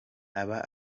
aba